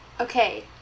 Okay